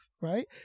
right